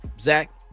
Zach